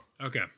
okay